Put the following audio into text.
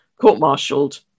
court-martialed